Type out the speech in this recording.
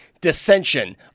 dissension